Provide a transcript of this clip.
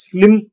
Slim